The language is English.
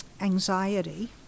anxiety